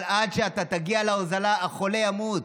אבל עד שאתה תגיע להוזלה החולה ימות.